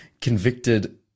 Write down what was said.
convicted